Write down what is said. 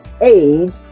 age